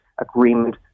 agreement